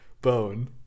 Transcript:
bone